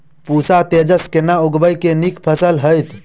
पूसा तेजस केना उगैबे की नीक फसल हेतइ?